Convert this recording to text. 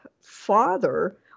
father